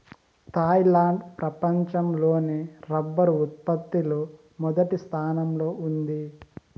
Thailand ప్రపంచం లోనే rubber ఉత్పత్తి లో మొదటి స్థానంలో ఉంది